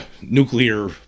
nuclear